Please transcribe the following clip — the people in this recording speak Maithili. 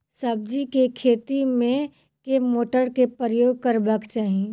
सब्जी केँ खेती मे केँ मोटर केँ प्रयोग करबाक चाहि?